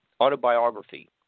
autobiography